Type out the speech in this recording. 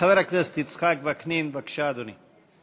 חבר הכנסת יצחק וקנין, בבקשה, אדוני.